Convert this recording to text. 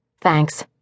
Thanks